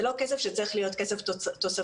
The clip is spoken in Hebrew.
זה לא כסף שצריך להיות כסף תוספתי,